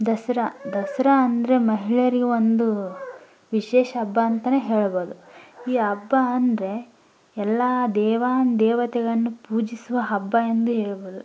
ದಸರಾ ದಸರಾ ಅಂದರೆ ಮಹಿಳೆಯರಿಗೆ ಒಂದು ವಿಶೇಷ ಹಬ್ಬ ಅಂತಲೇ ಹೇಳ್ಬೋದು ಈ ಹಬ್ಬ ಅಂದರೆ ಎಲ್ಲ ದೇವಾನು ದೇವತೆಗಳನ್ನು ಪೂಜಿಸುವ ಹಬ್ಬ ಎಂದು ಹೇಳ್ಬೋದು